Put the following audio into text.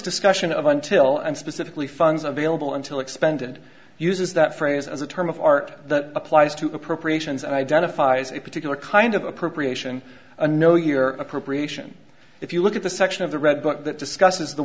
discussion of until and specifically funds available until expanded uses that phrase as a term of art the applies to appropriations and identifies a particular kind of appropriation a no year appropriation if you look at the section of the red book that discusses the